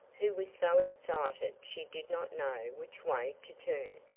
who was so excited she did not know which way to turn,